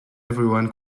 everyone